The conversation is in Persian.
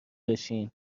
بشین